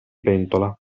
pentola